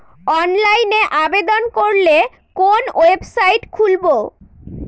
অনলাইনে আবেদন করলে কোন ওয়েবসাইট খুলব?